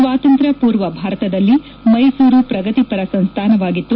ಸ್ವಾತಂತ್ರ್ಯಸೂರ್ವ ಭಾರತದಲ್ಲಿ ಮೈಸೂರು ಪ್ರಗತಿಪರ ಸಂಸ್ಥಾನವಾಗಿತ್ತು